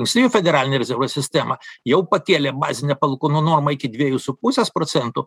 valstijų federalinė rezervų sistema jau pakėlė bazinę palūkanų normą iki dviejų su pusės procentų